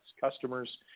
customers